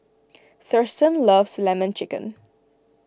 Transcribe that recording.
Thurston loves Lemon Chicken